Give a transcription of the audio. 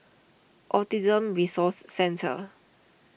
Autism Resource Centre